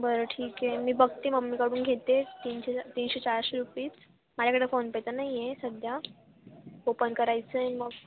बरं ठीक आहे मी बघते मम्मीकडून घेते तीनशे तीनशे चारशे रुपीच माझ्याकडे फोनपे तर नाही आहे सध्या ओपन करायचं आहे मग